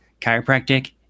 chiropractic